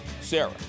Sarah